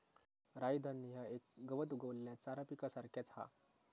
राई धान्य ह्या एक गवत उगवलेल्या चारा पिकासारख्याच हा